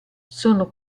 sono